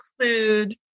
include